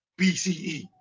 BCE